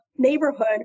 neighborhood